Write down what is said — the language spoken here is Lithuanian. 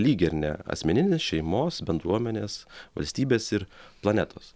lyg ir ne asmeninės šeimos bendruomenės valstybės ir planetos